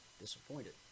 disappointed